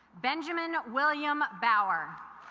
benjamin william bauer